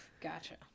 Gotcha